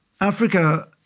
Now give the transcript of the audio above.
Africa